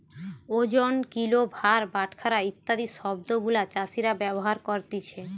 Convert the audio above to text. ওজন, কিলো, ভার, বাটখারা ইত্যাদি শব্দ গুলা চাষীরা ব্যবহার করতিছে